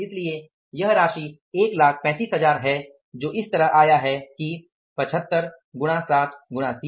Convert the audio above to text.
इसलिए यह 135000 है जो इस तरह आया है कि 75 गुणा 60 गुणा 30